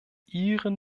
ihren